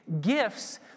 gifts